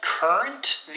Current